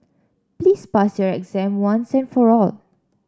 please pass your exam once and for all